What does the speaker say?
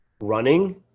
running